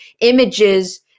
images